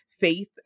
faith